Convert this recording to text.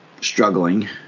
struggling